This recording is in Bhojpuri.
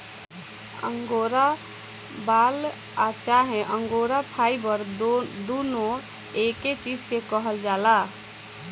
अंगोरा बाल आ चाहे अंगोरा फाइबर दुनो एके चीज के कहल जाला